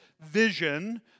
vision